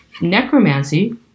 necromancy